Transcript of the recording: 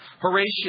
Horatius